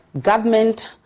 government